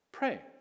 Pray